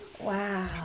Wow